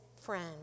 friend